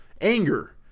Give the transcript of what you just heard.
anger